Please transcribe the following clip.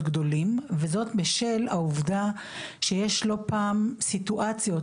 גדולים וזאת בשל העובדה שיש לא פעם סיטואציות